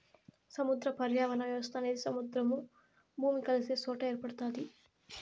సముద్ర పర్యావరణ వ్యవస్థ అనేది సముద్రము, భూమి కలిసే సొట ఏర్పడుతాది